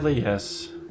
yes